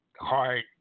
hard